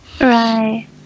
Right